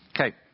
Okay